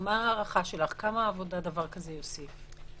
להערכתך, כמה עבודה דבר כזה יוסיף?